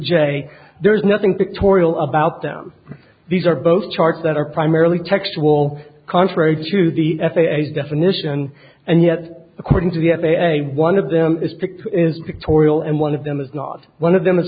j there's nothing pictorial about them these are both charts that are primarily textual contrary to the f a a definition and yet according to the f a a one of them is picked is pictorial and one of them is not one of them